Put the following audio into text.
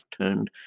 turned